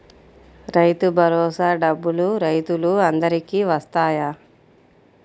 రైతు భరోసా డబ్బులు రైతులు అందరికి వస్తాయా?